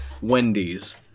Wendy's